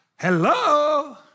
Hello